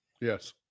Yes